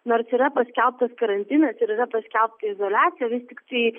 nors yra paskelbtas karantinas ir yra paskelbta izoliacija vis tiktai